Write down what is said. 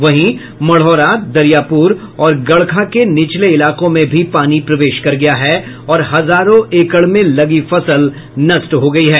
वहीं मढ़ौरा दरियापुर और गड़खा के निचले इलाकों में भी पानी प्रवेश कर गया है और हजारों एकड़ में लगी फसल नष्ट हो गई है